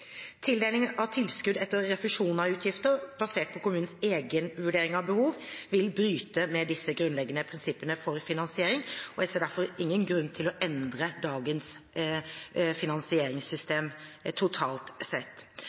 Tildeling av tilskudd etter refusjon av utgifter basert på kommunens egen vurdering av behov vil bryte med disse grunnleggende prinsippene for finansiering. Jeg ser derfor ingen grunn til å endre dagens finansieringssystem totalt sett.